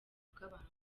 bw’abantu